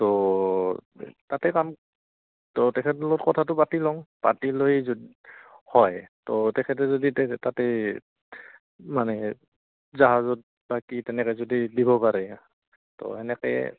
ত' তাতে কাম ত' তেখেতৰ লগত কথাটো পাতি লওঁ পাতি লৈ য হয় ত' তেখেতে যদি তে তাতে মানে জাহাজত বা কি তেনেকৈ যদি দিব পাৰে ত' তেনেকৈ